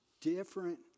different